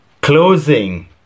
closing